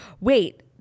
Wait